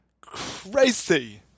Crazy